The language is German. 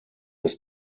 ist